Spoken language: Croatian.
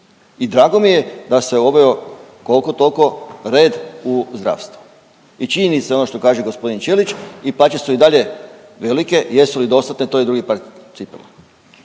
I drago mi je da se uveo koliko toliko red u zdravstvo. I činjenica je ono što kaže gospodin Ćelić i plaće su i dalje velike, jesu li dostatne to je drugi par cipela.